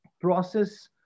process